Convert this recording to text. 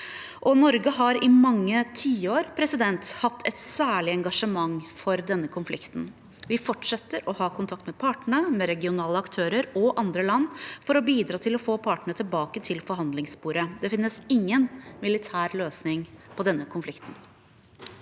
Norge har i mange tiår hatt et særlig engasjement for denne konflikten. Vi fortsetter å ha kontakt med partene, med regionale aktører og andre land for å bidra til å få partene tilbake til forhandlingsbordet. Det finnes ingen militær løsning på denne konflikten.